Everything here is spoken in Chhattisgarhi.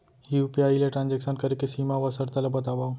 यू.पी.आई ले ट्रांजेक्शन करे के सीमा व शर्त ला बतावव?